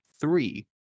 three